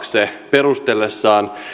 perustellessaan